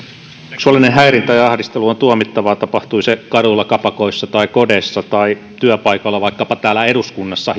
seksuaalinen häirintä ja ahdistelu ovat tuomittavia tapahtuivat ne kaduilla kapakoissa tai kodeissa tai työpaikalla vaikkapa täällä eduskunnassa